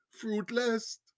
fruitless